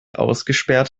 ausgesperrt